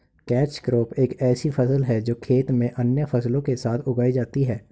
catch crop एक ऐसी फसल है जो खेत में अन्य फसलों के साथ उगाई जाती है